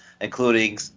including